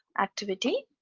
activity!